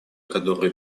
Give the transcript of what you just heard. который